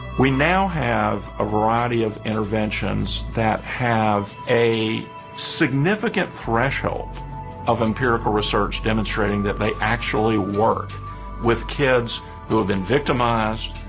we now have a variety of interventions that have a significant threshold of empirical research demonstrating that they actually work with kids who have been victimized,